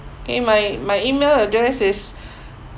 okay my my email address is